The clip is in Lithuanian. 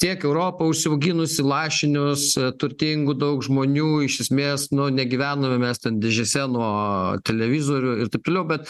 tiek europa užsiauginusi lašinius turtingų daug žmonių iš esmės nu negyvenome mes ten dėžėse nuo televizorių ir taip toliau bet